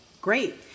Great